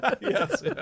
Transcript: yes